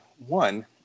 One